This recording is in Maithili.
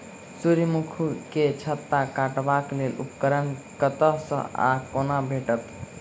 सूर्यमुखी केँ छत्ता काटबाक लेल उपकरण कतह सऽ आ कोना भेटत?